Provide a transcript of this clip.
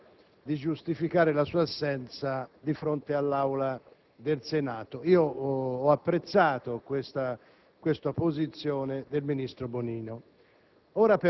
di spiegare con una lettera il motivo della sua assenza. Si può ritenere sufficiente o meno la spiegazione, ma il Ministro ha avuto la cortesia